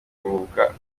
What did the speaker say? kuruhuka